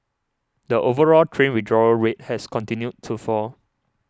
the overall train withdrawal rate has continued to fall